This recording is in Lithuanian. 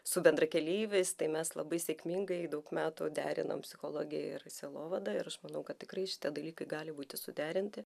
su bendrakeleiviais tai mes labai sėkmingai daug metų derinom psichologiją ir sielovadą ir aš manau kad tikrai šitie dalykai gali būti suderinti